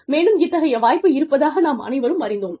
மேலும் இத்தகைய வாய்ப்பு இருப்பதாக நாம் அனைவரும் அறிந்தோம்